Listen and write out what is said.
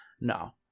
No